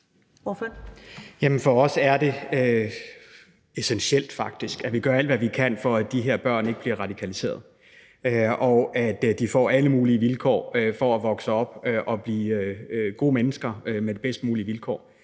For os er det faktisk essentielt, at vi gør alt, hvad vi kan, for at de her børn ikke bliver radikaliseret og at de får alle muligheder for at vokse op og blive gode mennesker med bedst mulige vilkår,